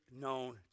known